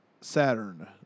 Saturn